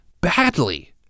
badly